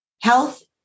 Health